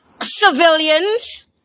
civilians